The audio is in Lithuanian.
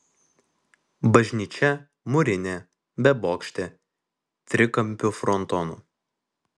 bažnyčia mūrinė bebokštė trikampiu frontonu